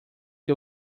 que